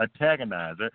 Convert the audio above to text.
antagonizer